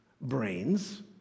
brains